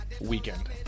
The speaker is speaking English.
weekend